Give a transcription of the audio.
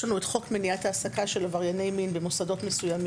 יש לנו את חוק מניעת העסקה של עברייני מין במוסדות מסוימים.